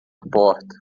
porta